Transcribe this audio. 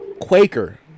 Quaker